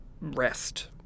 rest